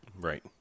Right